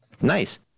nice